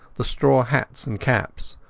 the straw hats and caps,